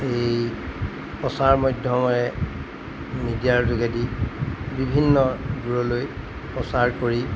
এই প্ৰচাৰ মাধ্যমে মিডিয়াৰ যোগেদি বিভিন্ন দূৰলৈ প্ৰচাৰ কৰি